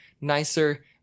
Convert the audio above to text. nicer